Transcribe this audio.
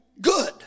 good